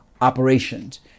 operations